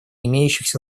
имеющихся